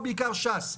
בעיקר ש"ס,